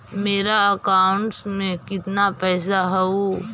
मेरा अकाउंटस में कितना पैसा हउ?